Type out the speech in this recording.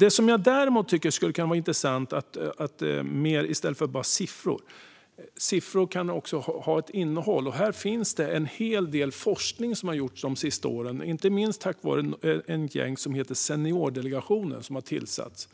I stället för att bara tala om siffror kan vi se att siffror också har ett innehåll. Det finns en hel del forskning som har gjorts de senaste åren inte minst tack vare ett gäng som heter Seniordelegationen som har tillsatts.